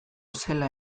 zela